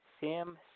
Sam